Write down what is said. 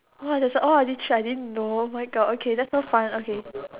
that's all oh this trip I didn't know oh my god oh that's so fun okay